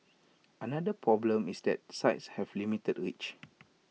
another problem is that the sites have limited reach